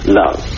love